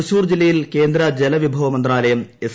തൃശൂർ ജില്ലയിൽ കേന്ദ്ര ജലവിഭവമന്ത്രാലയം എസ്